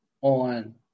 on